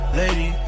lady